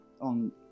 on